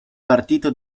partito